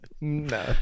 no